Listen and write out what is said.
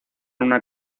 una